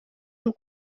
amb